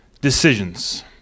decisions